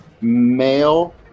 male